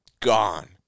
gone